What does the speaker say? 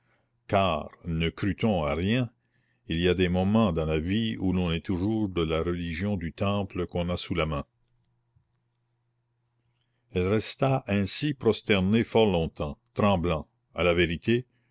car ne crût on à rien il y a des moments dans la vie où l'on est toujours de la religion du temple qu'on a sous la main elle resta ainsi prosternée fort longtemps tremblant à la vérité